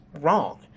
wrong